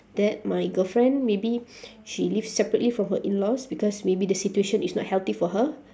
that my girlfriend maybe she lives separately from her in-laws because maybe the situation is not healthy for her